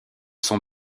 sont